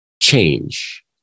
change